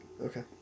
Okay